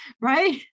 Right